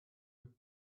and